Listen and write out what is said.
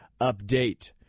update